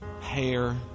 hair